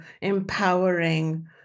empowering